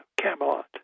Camelot